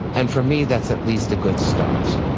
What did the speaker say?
and for me, that's at least a good start